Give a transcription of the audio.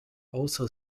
also